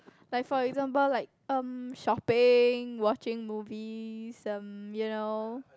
like for example like um shopping watching movies um you know